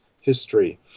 history